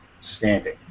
standing